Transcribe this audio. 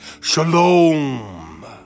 Shalom